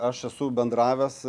aš esu bendravęs